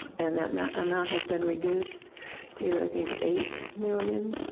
and that that amount has been reduced to, i think, eight million,